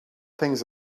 things